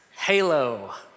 Halo